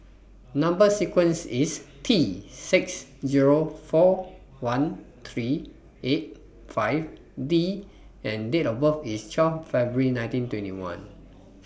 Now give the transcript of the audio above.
Number sequence IS T six four one three eight five D and Date of birth IS one two February one nine two one